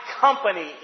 company